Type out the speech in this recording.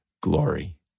glory